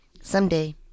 Someday